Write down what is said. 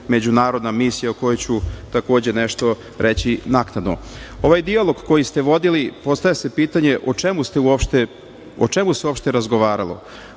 međunarodna misija, o kojoj ću takođe nešto reći naknadno. Ovaj dijalog koji ste vodili, postavlja se pitanje o čemu se uopšte razgovaralo?